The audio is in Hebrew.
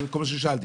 זה כל מה ששאלתי.